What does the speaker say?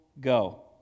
go